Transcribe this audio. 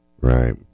right